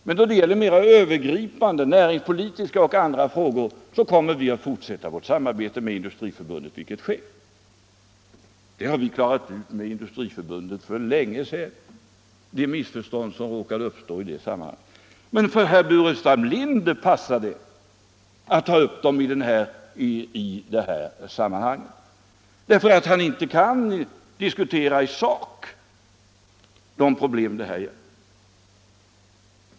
Men då det gäller mer övergripande näringspolitiska och andra frågor kommer vi att fortsätta vårt samarbete med Industriförbundet, vilket sker. De missförstånd som råkade uppkomma i det här sammanhanget har vi klarat ut med Industriförbundet för länge sedan. Men för herr Burenstam Linder passar det att ta upp problemen i det här sammanhanget därför att han inte kan diskutera dem i sak.